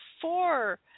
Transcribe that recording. four